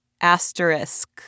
asterisk